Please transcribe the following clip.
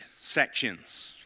sections